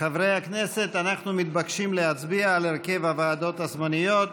אנחנו מתבקשים להצביע על הרכב הוועדות הזמניות.